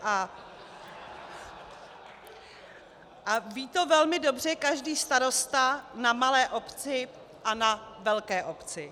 A ví to velmi dobře každý starosta na malé obci a na velké obci.